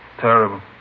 Terrible